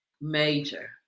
Major